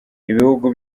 ibihugu